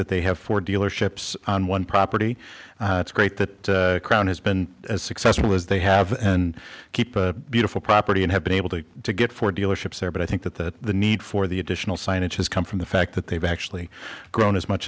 that they have four dealerships on one property it's great that crown has been as successful as they have and keep a beautiful property and have been able to get four dealerships there but i think that the need for the additional signage has come from the fact that they've actually grown as much